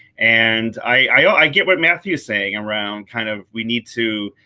and i get what matthew is saying around kind of we need to,